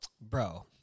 bro